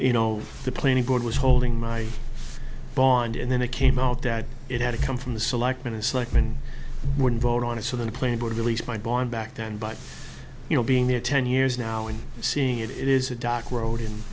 you know the planning board was holding my bond and then it came out that it had to come from the selectmen it's like me wouldn't vote on it so the playing board released my bond back then but you know being there ten years now and seeing it is a